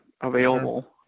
available